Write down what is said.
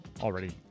already